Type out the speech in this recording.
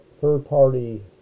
third-party